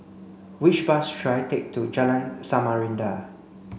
which bus should I take to Jalan Samarinda